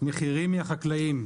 מחירים מהחקלאים,